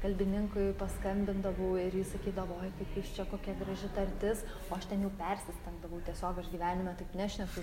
kalbininkui paskambindavau ir jis sakydavo oi kaip jūs čia kokia graži tartis o aš ten jau persistengdavau tiesiog aš gyvenime taip nešneku